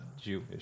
Jewish